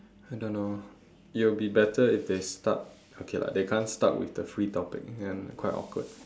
I don't know it'll be better if they start okay lah they can't start with the free topic then quite awkward